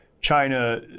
China